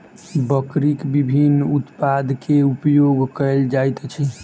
बकरीक विभिन्न उत्पाद के उपयोग कयल जाइत अछि